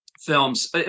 films